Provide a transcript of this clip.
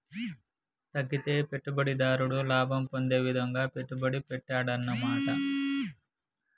తగ్గితే పెట్టుబడిదారుడు లాభం పొందే విధంగా పెట్టుబడి పెట్టాడన్నమాట